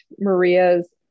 Maria's